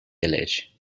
village